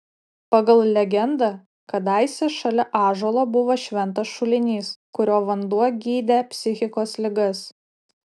pagal legendą kadaise šalia ąžuolo buvo šventas šulinys kurio vanduo gydė psichikos ligas